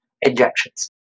injections